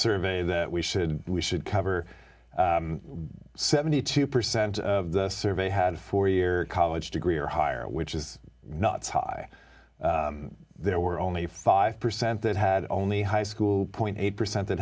survey that we should we should cover seventy two percent of the survey had a four year college degree or higher which is not so high there were only five percent that had only high school point eight percent that